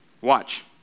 Watch